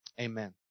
amen